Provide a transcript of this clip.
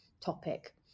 topic